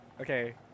Okay